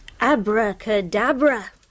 Abracadabra